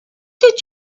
did